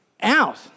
out